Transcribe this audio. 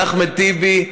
ואחמד טיבי,